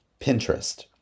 Pinterest